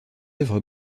œuvre